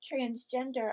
transgender